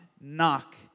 Knock